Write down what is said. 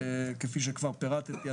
כפי שכבר פירטתי.